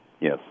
Yes